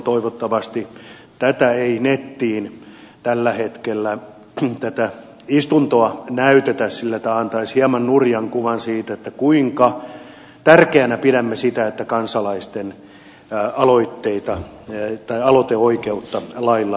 toivottavasti tätä istuntoa ei netissä tällä hetkellä näytetä sillä tämä antaisi hieman nurjan kuvan siitä kuinka tärkeänä pidämme sitä että kansalaisten aloiteoikeutta lailla turvattaisiin